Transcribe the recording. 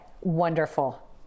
wonderful